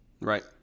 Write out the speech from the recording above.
right